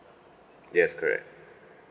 yes correct